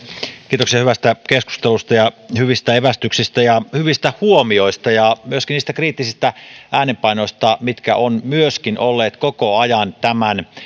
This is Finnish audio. kiitoksia hyvästä keskustelusta ja hyvistä evästyksistä ja hyvistä huomioista ja myöskin niistä kriittisistä äänenpainoista mitkä ovat myöskin olleet koko ajan tämän